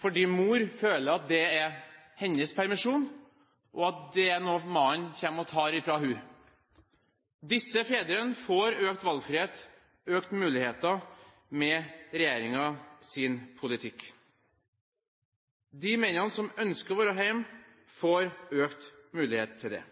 fordi mor føler at det er hennes permisjon, og at det er noe mannen kommer og tar fra henne. Disse fedrene får økt valgfrihet, økte muligheter, med regjeringens politikk. De mennene som ønsker å være hjemme, får økt mulighet til det.